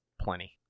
plenty